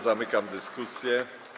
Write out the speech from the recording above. Zamykam dyskusję.